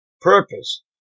Purpose